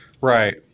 Right